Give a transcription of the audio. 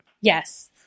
Yes